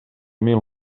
mil